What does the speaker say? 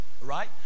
Right